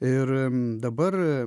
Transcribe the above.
ir dabar